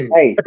Hey